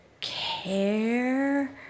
care